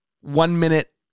one-minute